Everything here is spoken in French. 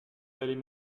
vallées